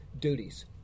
duties